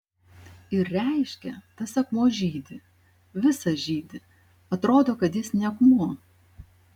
ir reiškia tas akmuo žydi visas žydi atrodo kad jis ne akmuo